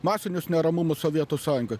masinius neramumus sovietų sąjungoj